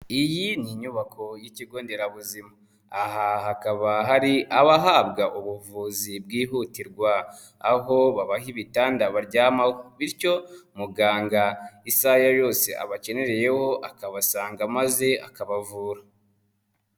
Iyi ni inyubako y'ikigo nderabuzima aha hakaba hari abahabwa ubuvuzi bwihutirwa aho babaha ibitanda baryamaho, bityo muganga isaha yose abakeneyereyeho akabasanga maze akabavura.